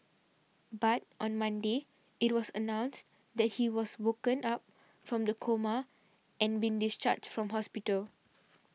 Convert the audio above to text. but on Monday it was announced that he has woken up from the coma and been discharged from hospital